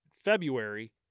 February